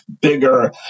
bigger